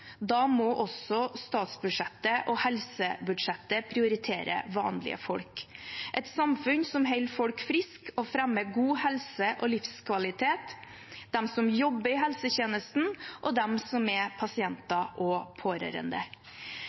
Da må også statsbudsjettet og helsebudsjettet prioritere vanlige folk – et samfunn som holder folk friske og fremmer god helse og livskvalitet, de som jobber i helsetjenesten og de som er pasienter og pårørende.